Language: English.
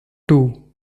two